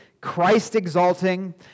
Christ-exalting